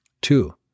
Two